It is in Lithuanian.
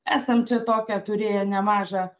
esam čia tokią turėję nemažą